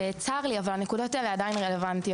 וצר לי, אבל הנקודות האלה עדיין רלוונטיות.